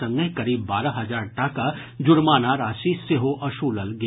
संगहि करीब बारह हजार टाका जुर्माना राशि सेहो वसूलल गेल